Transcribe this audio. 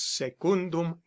secundum